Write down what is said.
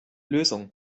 lösung